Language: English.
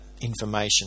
information